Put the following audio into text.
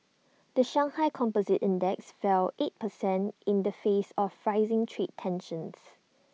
the Shanghai composite index fell eight percent in the face of rising trade tensions